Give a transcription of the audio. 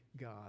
God